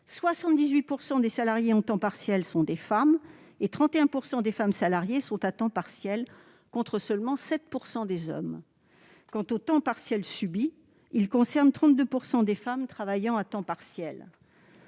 78 % des salariés en temps partiel sont des femmes et 31 % des femmes salariées sont à temps partiel, contre seulement 7 % des hommes. Quant au temps partiel subi, il concerne 32 % des femmes travaillant à temps partiel.